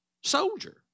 soldier